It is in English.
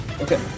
Okay